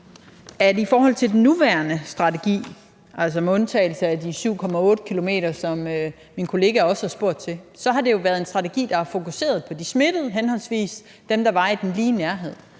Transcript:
tidspunkt. Og den nuværende strategi, altså med undtagelse af de 7,8 km, som min kollega også har spurgt til, har været en strategi, der er fokuseret på henholdsvis de smittede og dem, der var lige i nærheden,